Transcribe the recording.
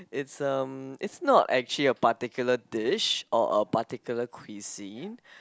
it's um it's not actually a particular dish or a particular cuisine